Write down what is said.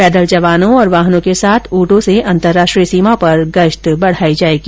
पैदल जवानों वाहनों के साथ ऊंटों से अंतरराष्ट्रीय सीमा पर गश्त बढ़ाई जाएगी